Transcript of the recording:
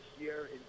year